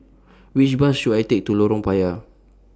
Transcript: Which Bus should I Take to Lorong Payah